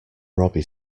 robbie